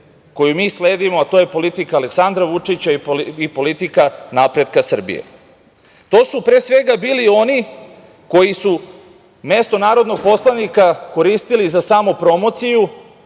koju mi sledimo, a to je politika Aleksandra Vučića i politika napretka Srbije. To su pre svega bili oni koji su mesto narodnog poslanika koristili za samopromociju,